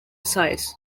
size